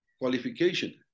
qualification